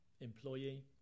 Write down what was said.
employee